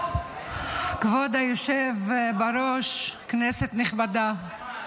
כבוד היושב בראש, כנסת נכבדה,